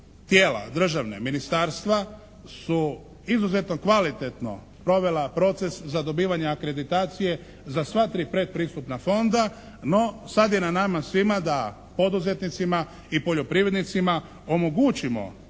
tijela državna, ministarstva su izuzetno kvalitetno provela proces za dobivanje akreditacije za sva tri predpristupna fonda, no sada je na nama svima da poduzetnicima i poljoprivrednicima omogućimo